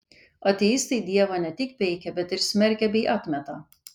ateistai dievą ne tik peikia bet ir smerkia bei atmeta